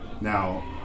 Now